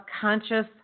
conscious